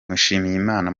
mushimiyimana